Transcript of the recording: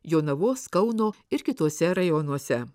jonavos kauno ir kituose rajonuose